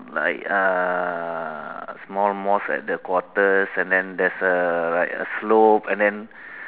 like uh small mosque at the quarters and then there's uh like a slop and then